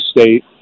State